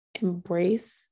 embrace